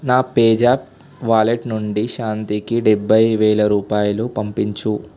నా PayZapp wallet నుండి శాంతికి డెబ్బై వేల రూపాయలు పంపించు